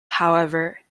however